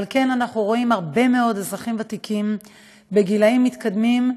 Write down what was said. על כן אנחנו רואים הרבה מאוד אזרחים ותיקים בגילים מתקדמים,